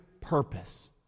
purpose